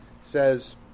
says